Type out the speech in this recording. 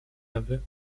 ewy